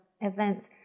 events